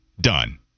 done